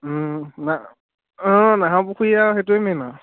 অঁ নাহৰ পুখুৰী আৰু সেইটোৱেই মেইন আৰু